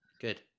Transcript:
Good